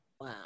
Wow